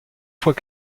fois